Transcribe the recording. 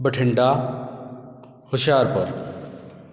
Bathinda Hoshiarpur